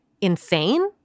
Insane